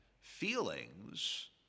feelings